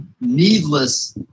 needless